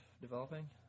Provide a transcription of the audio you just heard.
developing